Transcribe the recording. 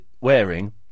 wearing